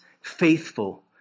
faithful